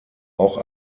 auch